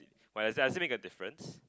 but does it make a difference